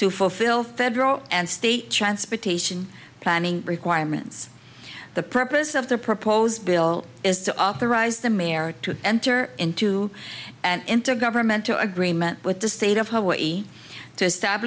to fulfill federal and state transportation planning requirements the purpose of the proposed bill is to authorize the mayor to enter into an intergovernmental agreement with the state of hawaii to est